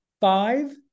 five